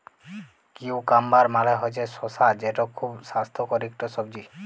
cucumber মালে হছে শসা যেট খুব স্বাস্থ্যকর ইকট সবজি